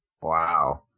Wow